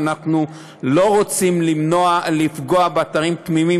ואנחנו לא רוצים לפגוע באתרים תמימים,